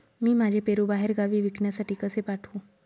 मी माझे पेरू बाहेरगावी विकण्यासाठी कसे पाठवू?